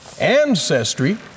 ancestry